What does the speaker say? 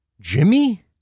Jimmy